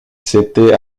s’était